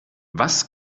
was